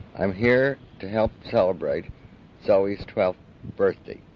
i'm here to help celebrate zoe's twelfth birthday,